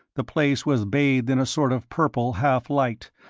the place was bathed in a sort of purple half-light,